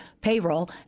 payroll